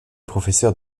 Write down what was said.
professeur